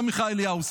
עמיחי אליהו?